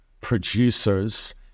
producers